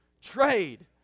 trade